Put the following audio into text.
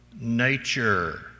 nature